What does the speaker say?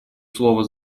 слово